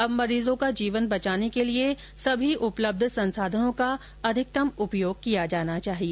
अब मरीजों का जीवन बचाने के लिए इन सभी उपलब्ध संसाधनों का अधिकतम उपयोग किया जाना चाहिए